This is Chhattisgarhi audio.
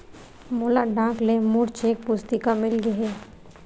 मोला डाक ले मोर चेक पुस्तिका मिल गे हे